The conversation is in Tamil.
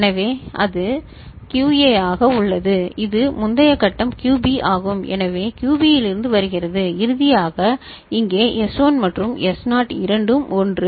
எனவே அது QA ஆக உள்ளது இது முந்தைய கட்டம் QB ஆகும் எனவே இது QB இலிருந்து வருகிறது இறுதியாக இங்கே S1 மற்றும் S0 இரண்டும் 1